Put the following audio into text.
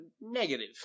Negative